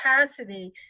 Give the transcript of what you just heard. capacity